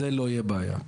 זה לא יהיה בעיה.